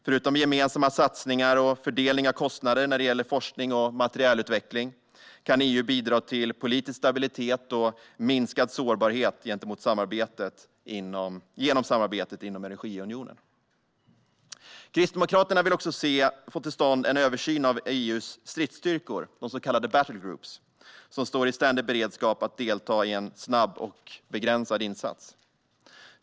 Förutom gemensamma satsningar och fördelning av kostnader när det gäller forskning och materielutveckling kan EU bidra till politisk stabilitet och minskad sårbarhet genom samarbetet inom energiunionen. Kristdemokraterna vill också få till stånd en översyn av EU:s stridsstyrkor, så kallade battle groups, som står i ständig beredskap att delta i en snabb och begränsad insats.